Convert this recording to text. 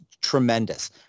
tremendous